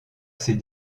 ces